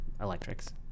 electrics